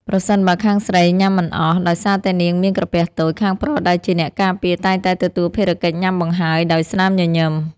ប្រសិនបើខាងស្រីញ៉ាំមិនអស់ដោយសារតែនាងមានក្រពះតូច ខាងប្រុសដែលជាអ្នកការពារតែងតែទទួលភារកិច្ចញ៉ាំបង្ហើយដោយស្នាមញញឹម។